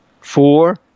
four